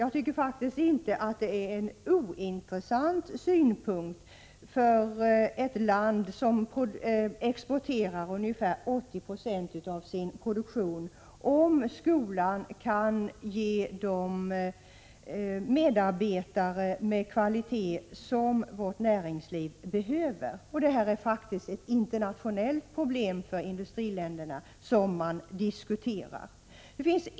Jag tycker inte att det är ointressant för ett land som exporterar ungefär 80 20 av sin produktion om skolan kan få fram de medarbetare med kvalitet som vårt näringsliv behöver. Detta är faktiskt ett internationellt problem för industriländerna, som man diskuterar.